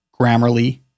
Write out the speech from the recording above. grammarly